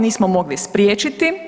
Nismo mogli spriječiti.